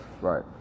Right